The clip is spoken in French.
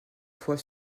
fois